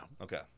Okay